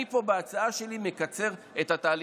אני פה בהצעה שלי מקצר את התהליכים.